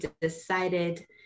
decided